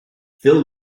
fill